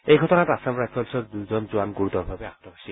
এই ঘটনাত আছাম ৰাইফল্ছৰ দুজন জোৱান গুৰুতৰভাৱে আহত হৈছিল